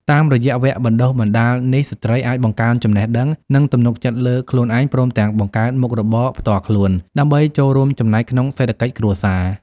តាមរយៈវគ្គបណ្ដុះបណ្ដាលនេះ ស្ត្រីអាចបង្កើនចំណេះដឹង និងទំនុកចិត្តលើខ្លួនឯង ព្រមទាំងបង្កើតមុខរបរផ្ទាល់ខ្លួន ដើម្បីចូលរួមចំណែកក្នុងសេដ្ឋកិច្ចគ្រួសារ។